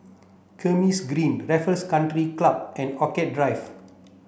Kismis Green Raffles Country Club and Orchid Drive